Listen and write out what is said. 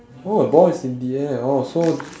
oh ball is in the air oh so